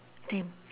same